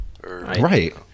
Right